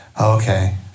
okay